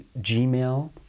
Gmail